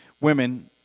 Women